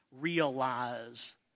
realize